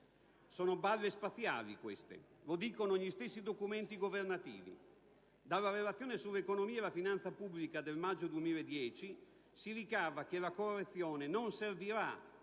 Sono balle spaziali, queste! Lo dicono gli stessi documenti governativi. Dalla Relazione sull'economia e la finanza pubblica del maggio 2010, si ricava che la correzione non servirà